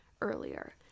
earlier